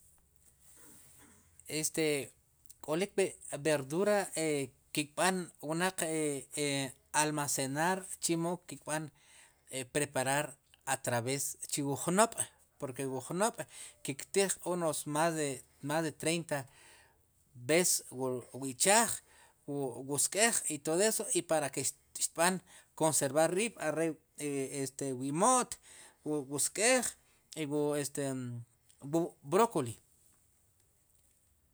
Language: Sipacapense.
Este k'olik verdura ki' kb'an wnaq almacenar chimo ki kb'an preparar a través chiwo jnob' porke wu jnob'ki ktij unos más de treinta ves wu ichaaj wu sk'ej por eso i para ke xtb'an konservar riib'are' wu imo't wu sk'ej i wu este brokoli.